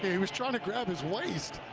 he was trying to grab his waist.